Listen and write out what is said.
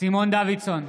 סימון דוידסון,